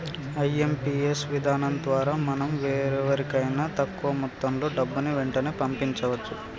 IMPS విధానం ద్వారా మనం వేరెవరికైనా తక్కువ మొత్తంలో డబ్బుని వెంటనే పంపించవచ్చు